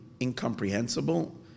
incomprehensible